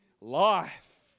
life